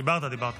דיברת, דיברת.